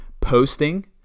posting